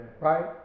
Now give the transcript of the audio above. Right